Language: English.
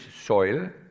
soil